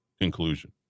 conclusion